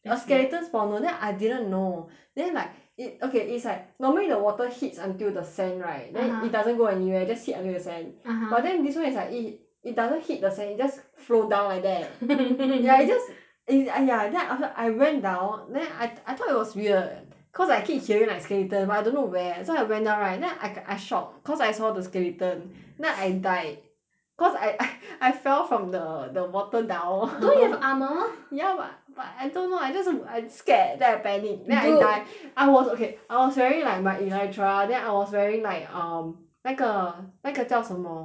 your skeleton spawner then I didn't know then like it okay it's like normally the water hits until the sand right (uh huh) then it doesn't go anywhere just hit until the sand (uh huh) but then this [one] is like it it doesn't hit the sand it just flow down like that ya it just it !aiya! then after I went down then I I thought it was weird cause I keep hearing like skeleton but I don't know where so I went down right then I I shock cause I saw the skeleton then I died cause I I I fell from the the water down don't you have armour ya but but I don't know I just I scared then I panic then I die dude I was okay I was wearing like my elytra then I was wearing like um 那个那个叫什么